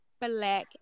black